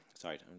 sorry